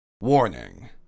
Warning